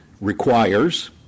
requires